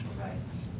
rights